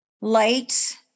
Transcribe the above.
light